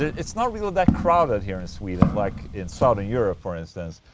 it's not really that crowded here in sweden like in southern europe for instance.